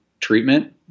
treatment